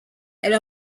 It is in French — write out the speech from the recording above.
elle